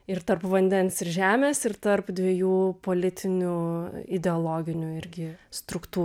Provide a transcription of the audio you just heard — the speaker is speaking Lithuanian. ir tarp vandens ir žemės ir tarp dviejų politinių ideologinių irgi struktūrų